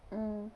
mm